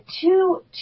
two